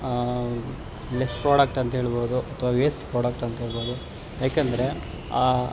less product ಅಂತ ಹೇಳ್ಬೋದು ಅಥವಾ ವೇಸ್ಟ್ ಪ್ರಾಡಕ್ಟ್ ಅಂತ ಹೇಳ್ಬೋದು ಯಾಕಂದರೆ